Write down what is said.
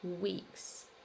weeks